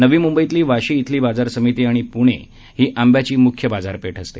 नवी मुंबईतली वाशी खेली बाजार समिती आणि पुणे ही आंब्याची मुख्य बाजारपेठ असते